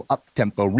Up-Tempo